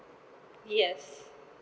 yes